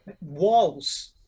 walls